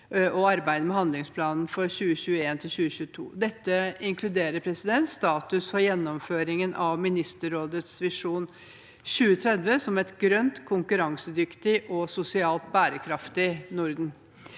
og arbeidet med handlingsplanen for 2021–2022. Dette inkluderer status for gjennomføringen av Ministerrådets Visjon 2030, om et grønt, konkurransedyktig og sosialt bærekraftig Norden.